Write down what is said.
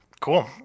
Cool